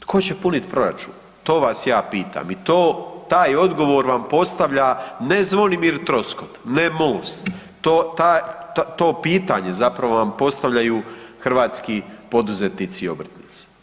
Tko će punit proračun, to vas ja pitam i taj odgovor vam postavlja ne Zvonimir Troskot, ne Most to pitanje zapravo vam postavljaju hrvatski poduzetnici i obrtnici.